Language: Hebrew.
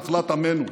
נחלת עמנו.